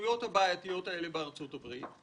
הפעילויות הבעייתיות האלו בארצות הברית.